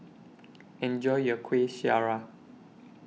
Enjoy your Kuih Syara